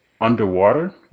underwater